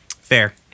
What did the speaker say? Fair